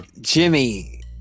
Jimmy